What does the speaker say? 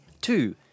two